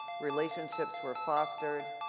relationships were fostered.